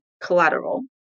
collateral